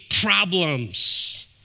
problems